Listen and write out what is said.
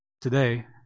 today